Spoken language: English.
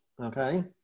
okay